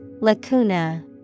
Lacuna